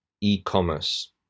e-commerce